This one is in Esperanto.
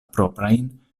proprajn